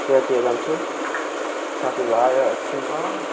त्यतातिर जान्छु साथी भाइहरूसँग